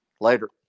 Later